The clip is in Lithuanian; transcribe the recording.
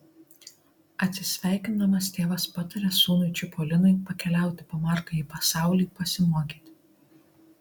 atsisveikindamas tėvas pataria sūnui čipolinui pakeliauti po margąjį pasaulį pasimokyti